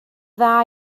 dda